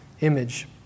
image